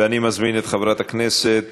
ואני מזמין את חברת הכנסת